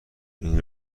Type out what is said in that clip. این